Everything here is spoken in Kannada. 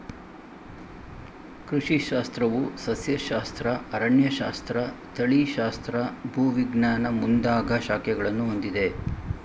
ಕೃಷಿ ಶಾಸ್ತ್ರವು ಸಸ್ಯಶಾಸ್ತ್ರ, ಅರಣ್ಯಶಾಸ್ತ್ರ, ತಳಿಶಾಸ್ತ್ರ, ಭೂವಿಜ್ಞಾನ ಮುಂದಾಗ ಶಾಖೆಗಳನ್ನು ಹೊಂದಿದೆ